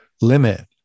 limit